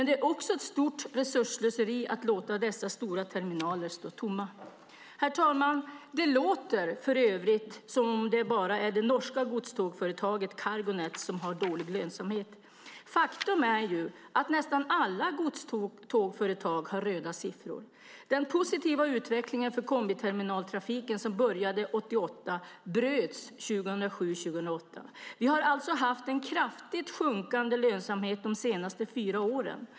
Det är också ett stort resursslöseri att låta dessa stora terminaler stå tomma. Herr talman! Det låter för övrigt som om det är bara det norska godstågsföretaget Cargo Net som har dålig lönsamhet. Faktum är ju att nästan alla godstågföretag har röda siffror. Den positiva utvecklingen för kombiterminaltrafiken som började 1988 bröts 2007-2008. Vi har alltså haft en kraftigt sjunkande lönsamhet de senaste fyra åren.